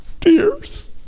tears